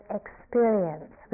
experience